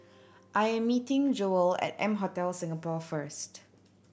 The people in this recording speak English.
I am meeting Jewell at M Hotel Singapore first